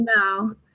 no